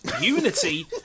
unity